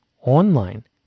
online